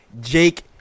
jake